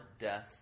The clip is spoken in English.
death